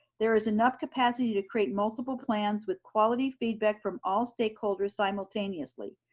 there is enough capacity to create multiple plans with quality feedback from all stakeholders simultaneously.